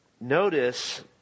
notice